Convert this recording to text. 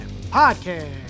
Podcast